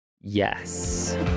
Yes